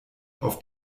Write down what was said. auf